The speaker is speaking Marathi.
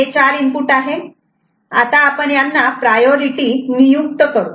आता आपण यांना प्रायोरिटी नियुक्त करू